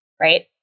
right